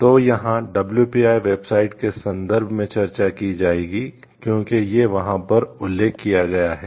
तो यहाँ WPIO website के संदर्भ में चर्चा की जाएगी क्योंकि यह वहाँ पर उल्लेख किया गया है